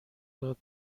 داد